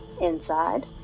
Inside